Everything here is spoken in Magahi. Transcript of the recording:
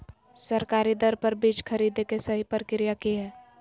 सरकारी दर पर बीज खरीदें के सही प्रक्रिया की हय?